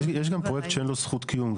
יש גם פרויקט שאין לו זכות קיום.